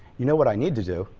you know what i need to do?